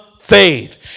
faith